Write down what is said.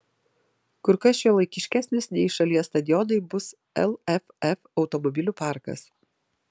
kur kas šiuolaikiškesnis nei šalies stadionai bus lff automobilių parkas